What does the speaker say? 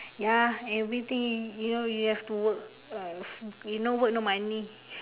ya everything you know you have to work uh if no work no money